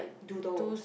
doodle